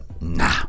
nah